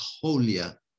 holier